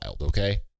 okay